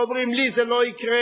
ואומרים: לי זה לא יקרה,